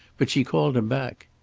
but she called him back.